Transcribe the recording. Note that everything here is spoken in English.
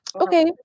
Okay